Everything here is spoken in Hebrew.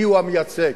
מיהו המייצג?